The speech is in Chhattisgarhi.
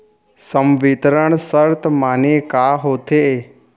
संवितरण शर्त माने का होथे?